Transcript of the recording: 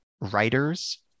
writers